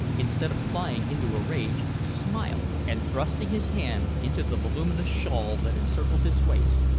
instead of flying into a rage, smiled, and thrusting his hand into the voluminous shawl that encircled his waist,